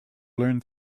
learned